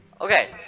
Okay